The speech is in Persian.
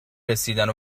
رسیدن